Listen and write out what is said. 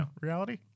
reality